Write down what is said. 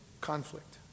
conflict